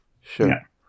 sure